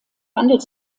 handelt